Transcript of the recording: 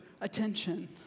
attention